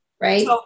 right